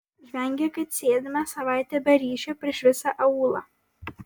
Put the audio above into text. žvengia kad sėdime savaitę be ryšio prieš visą aūlą